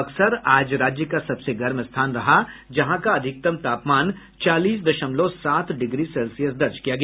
बक्सर आज राज्य का सबसे गर्म स्थान रहा जहां का अधिकतम तापमान चालीस दशमलव सात डिग्री सेल्सियस दर्ज किया गया